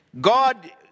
God